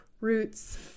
roots